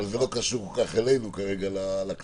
אבל זה לא קשור כל כך אלינו כרגע לקנס.